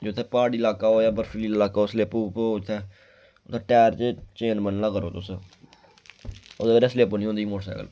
जित्थै प्हाड़ी लाका होऐ जां बर्फीली लाका स्लिप उत्थै उत्थै टायर च चेन बन्नना करो तुस ओह्दे कन्नै स्लिप नेईं होंदी मोटरसैकल